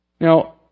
Now